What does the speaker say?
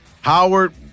Howard